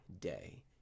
day